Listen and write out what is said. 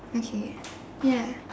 okay ya